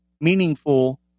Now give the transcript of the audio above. meaningful